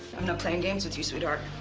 i'm not playing games with you, sweetheart.